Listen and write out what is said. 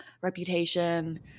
reputation –